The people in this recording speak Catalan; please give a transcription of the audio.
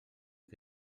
que